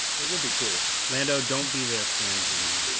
it would be cool. lando, don't be their friends anymore.